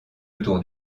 autour